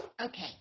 Okay